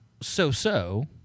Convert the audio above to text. so-so